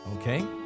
okay